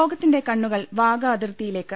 ലോകത്തിന്റെ കണ്ണുകൾ വാഗാ അതിർത്തിയിലേക്ക്